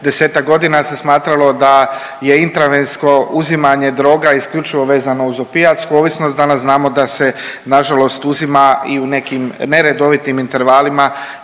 desetak godina se smatralo da je intravensko uzimanje droga isključivao vezano uz opijatsku ovisnost, danas znamo da se nažalost uzima i u nekim neredovitim intervalima